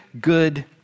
good